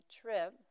trip